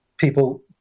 People